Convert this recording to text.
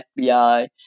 FBI